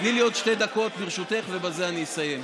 תני לי עוד שתי דקות, ברשותך, ובזה אני אסיים.